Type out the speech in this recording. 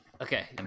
okay